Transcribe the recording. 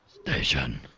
Station